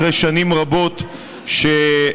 אחרי שנים רבות שאנחנו,